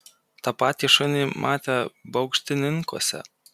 tą patį šunį matė baukštininkuose